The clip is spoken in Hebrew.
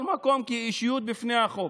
מקום כאישיות" בעלת זכויות "בפני החוק".